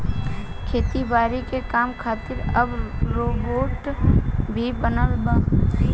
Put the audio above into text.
खेती बारी के काम खातिर अब रोबोट भी बनल बा